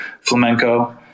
flamenco